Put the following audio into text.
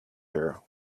her